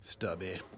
Stubby